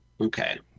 okay